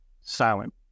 silent